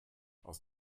aus